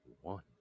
one